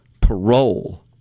parole